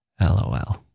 LOL